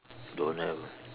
don't have